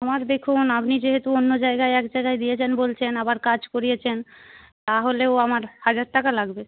আমার দেখুন আপনি যেহেতু অন্য জাগায় এক জায়গায় দিয়েছেন বলছেন আবার কাজ করিয়েছেন তাহলেও আমার হাজার টাকা লাগবে